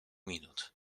minut